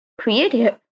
creative